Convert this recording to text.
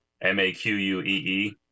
M-A-Q-U-E-E